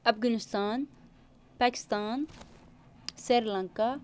Afghanistan Pakistan Sri Lanka